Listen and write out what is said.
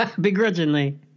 Begrudgingly